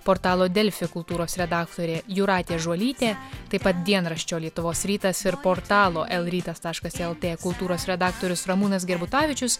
portalo delfi kultūros redaktorė jūratė žuolytė taip pat dienraščio lietuvos rytas ir portalo lrytas taškas lt kultūros redaktorius ramūnas gerbutavičius